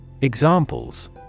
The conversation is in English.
Examples